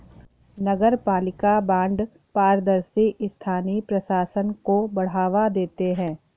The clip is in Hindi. नगरपालिका बॉन्ड पारदर्शी स्थानीय प्रशासन को बढ़ावा देते हैं